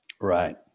Right